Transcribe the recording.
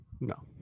no